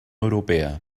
europea